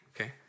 okay